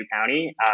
County